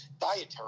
dietary